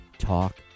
Talk